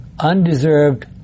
undeserved